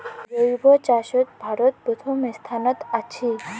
জৈব চাষত ভারত প্রথম স্থানত আছি